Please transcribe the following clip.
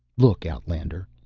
look, outlander.